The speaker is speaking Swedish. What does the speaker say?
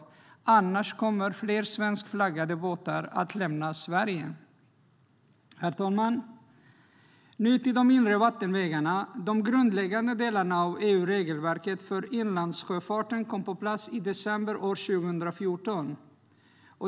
Annars kommer fler svenskflaggade båtar att lämna Sverige.Herr talman! Nu ska jag gå över till de inre vattenvägarna. De grundläggande delarna av EU-regelverket för inlandssjöfarten kom på plats i december år 2014.